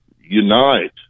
unite